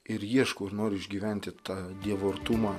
ir ieškau ir noriu išgyventi tą dievo artumą